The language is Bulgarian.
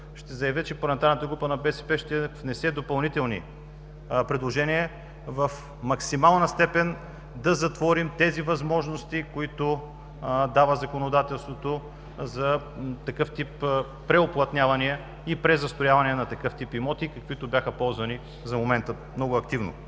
ще заявя, че парламентарната група на БСП ще внесе допълнителни предложения и в максимална степен да затворим тези възможности, които дава законодателството преуплътнявания и презастроявания на такъв тип имоти, каквито бяха ползвани за момента много активно.